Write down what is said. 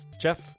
Jeff